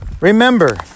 Remember